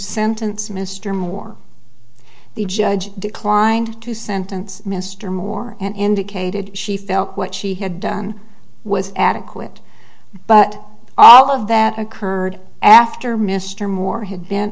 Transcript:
sentence mr moore the judge declined to sentence mr moore and indicated she felt what she had done was adequate but all of that occurred after mr moore had been